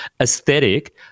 aesthetic